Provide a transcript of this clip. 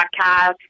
podcast